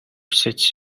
sets